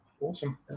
awesome